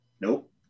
nope